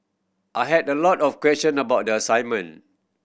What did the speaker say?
I had a lot of question about the assignment